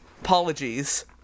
apologies